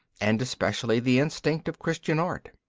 and especially the instinct of christian art.